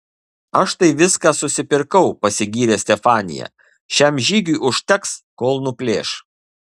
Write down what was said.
aš tai viską susipirkau pasigyrė stefanija šiam žygiui užteks kol nuplėš